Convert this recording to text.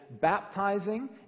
baptizing